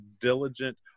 diligent